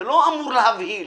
זה לא אמור להבהיל.